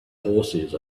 horses